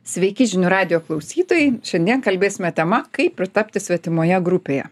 sveiki žinių radijo klausytojai šiandien kalbėsime tema kaip pritapti svetimoje grupėje